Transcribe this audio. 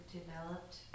developed